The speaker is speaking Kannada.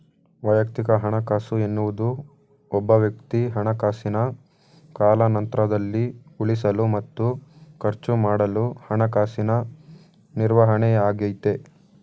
ವೈಯಕ್ತಿಕ ಹಣಕಾಸು ಎನ್ನುವುದು ಒಬ್ಬವ್ಯಕ್ತಿ ಹಣಕಾಸಿನ ಕಾಲಾನಂತ್ರದಲ್ಲಿ ಉಳಿಸಲು ಮತ್ತು ಖರ್ಚುಮಾಡಲು ಹಣಕಾಸಿನ ನಿರ್ವಹಣೆಯಾಗೈತೆ